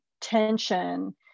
tension